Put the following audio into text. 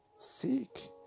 Seek